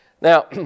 Now